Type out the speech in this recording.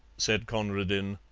said conradin.